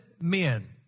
men